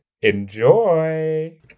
Enjoy